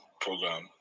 program